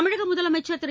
தமிழகமுதலமைச்சர் திரு